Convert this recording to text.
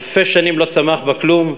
אלפי שנים לא צמח בה כלום,